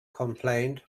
complained